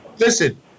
Listen